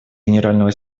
генерального